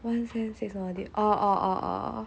one sem six modules orh orh orh orh orh